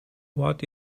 what